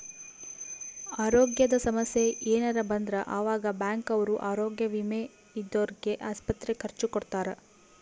ಅರೋಗ್ಯದ ಸಮಸ್ಸೆ ಯೆನರ ಬಂದ್ರ ಆವಾಗ ಬ್ಯಾಂಕ್ ಅವ್ರು ಆರೋಗ್ಯ ವಿಮೆ ಇದ್ದೊರ್ಗೆ ಆಸ್ಪತ್ರೆ ಖರ್ಚ ಕೊಡ್ತಾರ